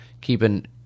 keeping